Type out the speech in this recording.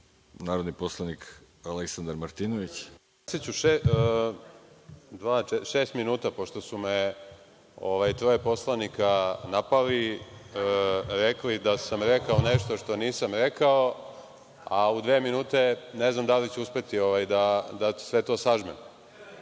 Martinović. **Aleksandar Martinović** Koristiću šest minuta, pošto me je troje poslanika napalo, rekli su da sam rekao nešto što nisam rekao, a u dve minute ne znam da li ću uspeti da sve to sažmem. Prvo,